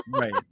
right